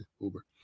Uber